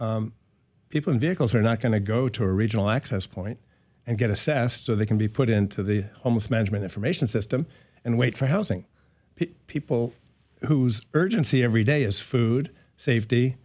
people in vehicles are not going to go to a regional access point and get assessed so they can be put into the almost management information system and wait for housing people whose urgency every day is food safety